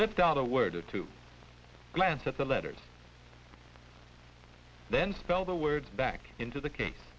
lets out a word or two glance at the letters then spell the words back into the case